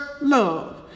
love